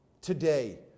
today